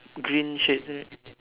green shirt right